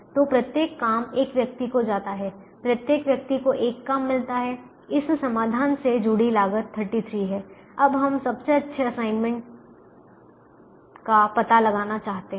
तो प्रत्येक काम एक व्यक्ति को जाता है प्रत्येक व्यक्ति को एक काम मिलता है इस समाधान से जुड़ी लागत 33 है अब हम सबसे अच्छे असाइनमेंट का पता लगाना चाहते हैं